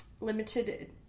limited